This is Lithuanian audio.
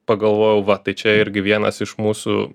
pagalvojau va tai čia irgi vienas iš mūsų